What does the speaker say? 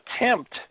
attempt